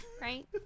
right